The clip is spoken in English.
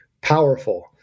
powerful